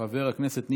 הודעה למזכירת הכנסת.